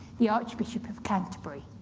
the archbishop of canterbury.